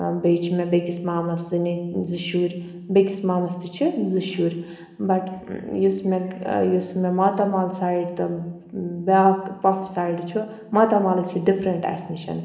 بیٚیہِ چھِ مےٚ بیٚکِس مامَس زٕ شُرۍ بیٚکِس مامَس تہِ چھِ زٕ شُرۍ بَٹ یُس مےٚ یُس مےٚ ماتامال سایڈ تہٕ بیاکھ پۄفہ سایڈ چھُ ماتامالٕکۍ چھِ ڈِفرنٹ اَسہِ نِش